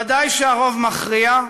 ודאי שהרוב מכריע,